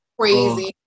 crazy